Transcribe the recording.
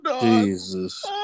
Jesus